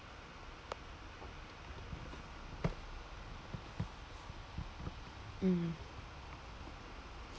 mm